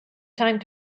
time